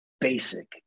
basic